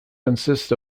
consists